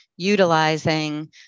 utilizing